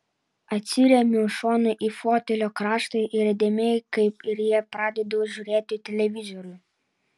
atsiremiu šonu į fotelio kraštą ir įdėmiai kaip ir jie pradedu žiūrėti televizorių